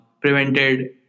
prevented